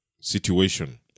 situation